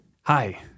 Hi